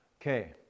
Okay